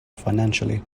financially